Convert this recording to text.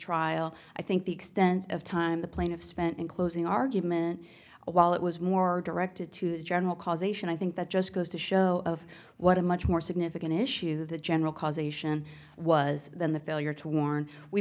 trial i think the extent of time the plaintiff spent in closing argument while it was more directed to general causation i think that just goes to show of what a much more significant issue the general causation was than the failure to warn we